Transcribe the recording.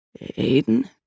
Aiden